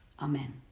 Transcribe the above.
Amen